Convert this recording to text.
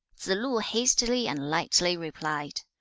tsze-lu hastily and lightly replied,